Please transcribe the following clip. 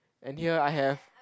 and here I have